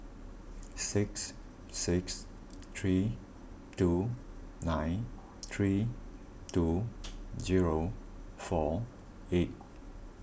six six three two nine three two zero four eight